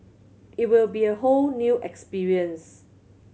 it will be a whole new experience